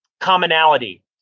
commonality